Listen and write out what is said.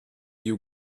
you